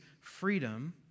freedom